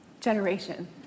generation